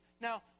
Now